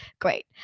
great